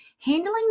handling